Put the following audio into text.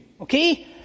Okay